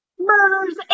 murders